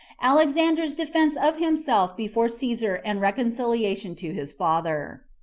alexander's defense of himself before caesar and reconciliation to his father.